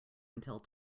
until